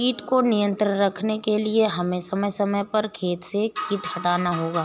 कीट को नियंत्रण रखने के लिए हमें समय समय पर खेत से कीट हटाना होगा